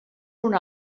una